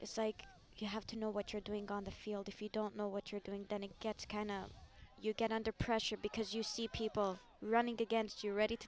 it's like you have to know what you're doing on the field if you don't know what you're going to get can you get under pressure because you see people running against you ready to